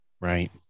Right